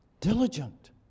Diligent